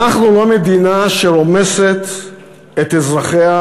אנחנו לא מדינה שרומסת את אזרחיה,